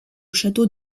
château